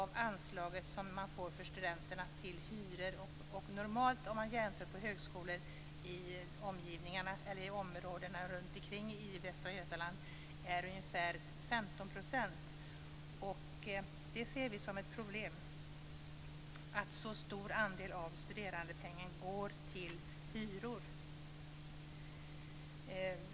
Vid en jämförelse med högskolor i Västra Götaland är kostnaden omkring 15 %. Vi ser det som ett problem att en så stor andel av studerandepengen går till hyror.